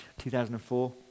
2004